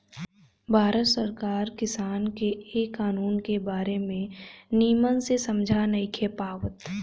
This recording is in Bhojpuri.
भारत सरकार किसान के ए कानून के बारे मे निमन से समझा नइखे पावत